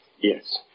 Yes